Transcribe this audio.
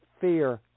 fear